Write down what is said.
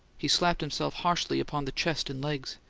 he slapped himself harshly upon the chest and legs.